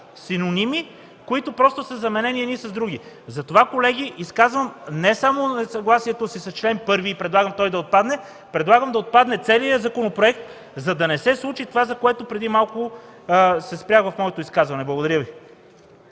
синоними, като просто са заменени едни с други. Колеги, затова изразявам несъгласието си не само с чл. 1 и предлагам той да отпадне, а предлагам да отпадне целият законопроект, за да не се случи това, за което преди малко се спрях в своето изказване. Благодаря Ви.